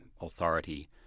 authority